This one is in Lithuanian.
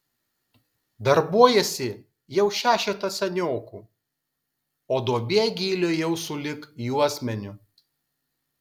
darbuojasi jau šešetas seniokų o duobė gylio jau sulig juosmeniu